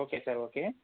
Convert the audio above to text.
okay sir okay